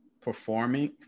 performing